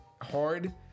hard